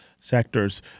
sectors